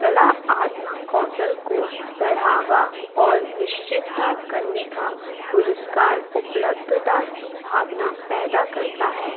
कला आत्मा कौशल को बढ़ावा और विकसितता करने का पुरस्कार उपलब्धता की भावना पैदा करता है